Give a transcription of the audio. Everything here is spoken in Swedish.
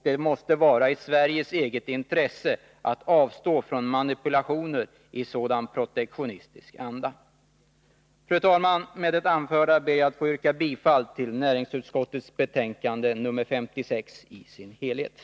Det måste vara i Sveriges eget intresse att avstå från manipulationer i protektionistisk anda. Fru talman! Med det anförda ber jag att få yrka bifall till näringsutskottets hemställan i dess helhet i betänkande nr 56.